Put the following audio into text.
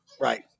Right